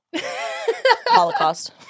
Holocaust